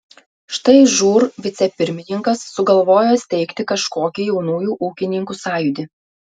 štai žūr vicepirmininkas sugalvojo steigti kažkokį jaunųjų ūkininkų sąjūdį